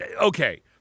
Okay